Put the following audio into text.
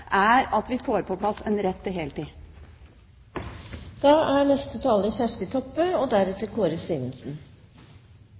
er at vi får på plass en rett til